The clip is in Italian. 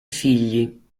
figli